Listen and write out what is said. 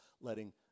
letting